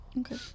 Okay